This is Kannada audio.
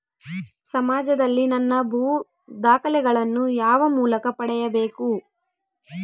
ಸಮಾಜದಲ್ಲಿ ನನ್ನ ಭೂ ದಾಖಲೆಗಳನ್ನು ಯಾವ ಮೂಲಕ ಪಡೆಯಬೇಕು?